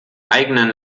eigenen